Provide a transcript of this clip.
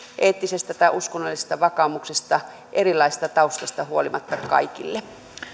eettisestä tai uskonnollisesta vakaumuksesta erilaisesta taustasta huolimatta kaikille